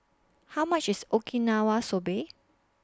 How much IS Okinawa Soba